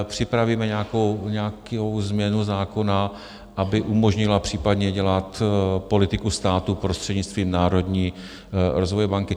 Připravíme nějakou změnu zákona, aby umožnila případně dělat politiku státu prostřednictvím Národní rozvojové banky.